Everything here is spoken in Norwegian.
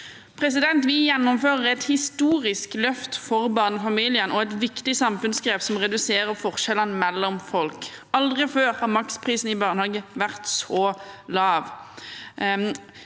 i bygd. Vi gjennomfører et historisk løft for barnefamiliene og et viktig samfunnsgrep som reduserer forskjellene mellom folk. Aldri før har maksprisen i barnehage vært så lav: